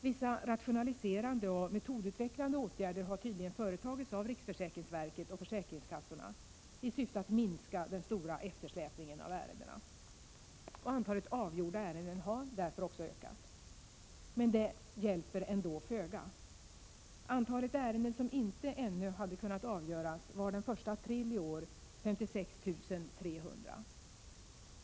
Vissa rationaliserande och metodutvecklande åtgärder har tydligen företagits av riksförsäkringsverket och försäkringskassorna i syfte att minska den stora eftersläpningen av ärenden. Antalet avgjorda ärenden har därför också ökat. Men det hjälper ändå föga. Antalet ärenden som ännu inte hade kunnat avgöras var den 1 april i år 56 300.